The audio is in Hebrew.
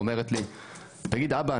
אומרת לי תגיד אבא,